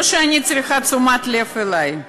לא שאני צריכה תשומת לב אלי,